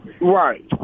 Right